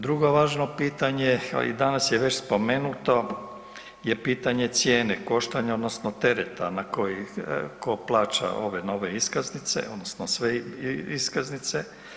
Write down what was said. Drugo važno pitanje, a danas je već spomenuto je pitanje cijene koštanja odnosno tereta tko plaća ove nove iskaznice odnosno sve iskaznice.